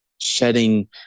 shedding